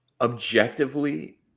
objectively